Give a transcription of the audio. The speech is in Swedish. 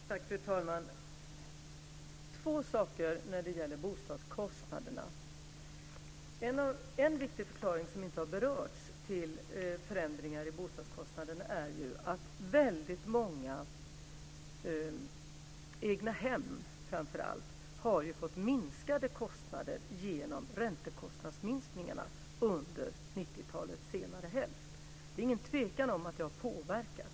Fru talman! Jag ska ta upp två saker när det gäller bostadskostnaderna. En viktig förklaring till förändringar i bostadskostnaden som inte har berörts är att framför allt väldigt många egnahem har fått minskade kostnader genom räntekostnadsminskningarna under 1990-talets senare hälft. Det är ingen tvekan om att det har påverkat kostnaderna.